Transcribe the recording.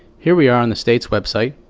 here we are on the state's website.